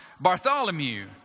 Bartholomew